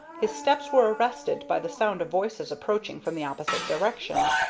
his steps were arrested by the sound of voices approaching from the opposite direction.